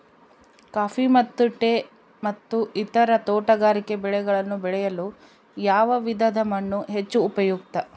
Coffee ಮತ್ತು tea ಮತ್ತು ಇತರ ತೋಟಗಾರಿಕೆ ಬೆಳೆಗಳನ್ನು ಬೆಳೆಯಲು ಯಾವ ವಿಧದ ಮಣ್ಣು ಹೆಚ್ಚು ಉಪಯುಕ್ತ?